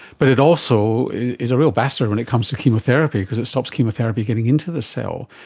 but it also is a real bastard when it comes to chemotherapy because it stops chemotherapy getting into the cell.